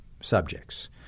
subjects